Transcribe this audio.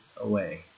away